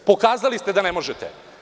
Pokazali ste da ne možete.